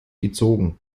gezogen